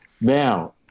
Now